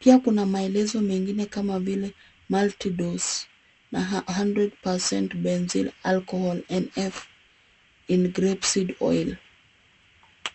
Pia kuna maelezo mengine kama vile multi- dose na a hundred percent benzyl alchohol NF in grape seed oil .